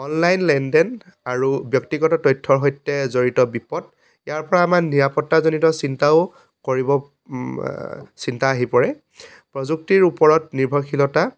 online লেনদেন আৰু ব্যক্তিগত তথ্যৰ সৈতে জড়িত বিপদ ইয়াৰ পৰা আমাৰ নিৰাপত্তাজনিত চিন্তাও কৰিব চিন্তা আহি পৰে প্ৰযুক্তিৰ ওপৰত নিৰ্ভৰশীলতা